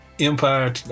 Empire